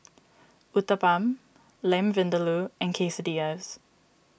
Uthapam Lamb Vindaloo and Quesadillas